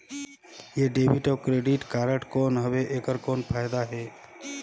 ये डेबिट अउ credit card कौन हवे एकर कौन फाइदा हे?